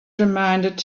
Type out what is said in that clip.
reminded